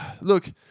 look